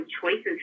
choices